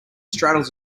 straddles